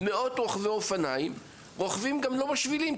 מאות רוכבי אופניים רוכבים גם לא בשבילים,